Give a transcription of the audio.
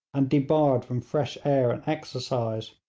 and debarred from fresh air and exercise.